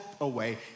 away